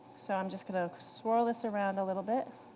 so i'm just going to swirl this around a little bit,